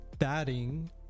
Batting